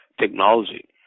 technology